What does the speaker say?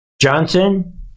Johnson